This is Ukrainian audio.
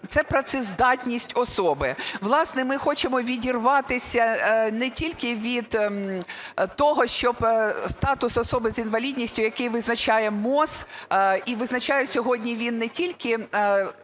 це "працездатність особи". Власне, ми хочемо відірватися не тільки від того, щоб статус особи з інвалідністю, який визначає МОЗ, і визначає сьогодні він не тільки